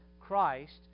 Christ